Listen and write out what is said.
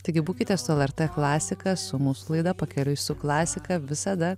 taigi būkite su lrt klasika su mūsų laida pakeliui su klasika visada